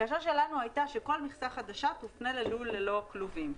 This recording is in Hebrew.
הבקשה שלנו הייתה שכל מכסה חדשה תופנה ללול ללא כלובים.